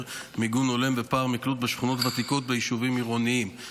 מיגון הולם ופער מקלוט בשכונות ותיקות ביישובים עירוניים.